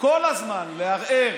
כל הזמן לערער